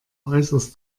äußerst